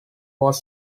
was